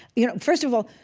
you know first of all,